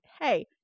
hey